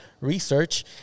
research